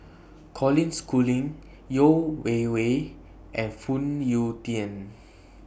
Colin Schooling Yeo Wei Wei and Phoon Yew Tien